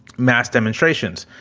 mass demonstrations.